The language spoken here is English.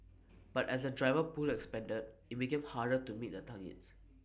but as the driver pool expanded IT became harder to meet the targets